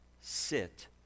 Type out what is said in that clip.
sit